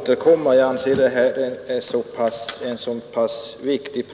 Herr talman! Jag lovar att vi skall återkomma. Jag anser denna proposition så viktig